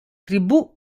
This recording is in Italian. tribù